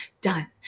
done